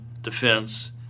defense